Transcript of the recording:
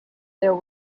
there